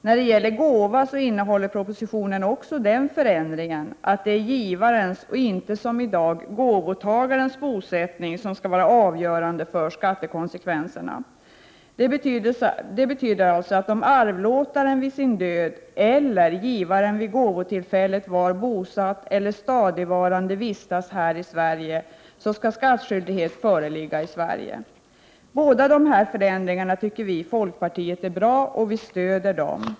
När det gäller gåva innehåller propositionen också den förändringen att det är givarens och inte som i dag gåvotagarens bosättning som skall vara avgörande för skattekonsekvenserna. Det betyder alltså att om arvlåtaren vid sin död eller givaren vid gåvotillfället var bosatt eller stadigvarande vistas i Sverige skall skattskyldighet föreligga i Sverige. Båda dessa förändringar tycker vi i folkpartiet är bra, och vi stöder dem.